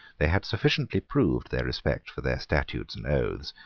they had sufficiently proved their respect for their statutes and oaths,